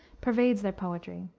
pervades their poetry.